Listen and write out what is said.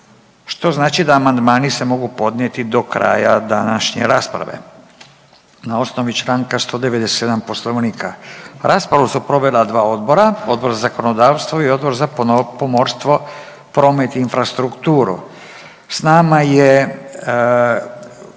što znači da amandmani se mogu podnijeti do kraja današnje rasprave. Na osnovi članka 197. Poslovnika raspravu su provela dva odbora Odbor za zakonodavstvo i Odbor za pomorstvo, promet i infrastrukturu. Sa nama je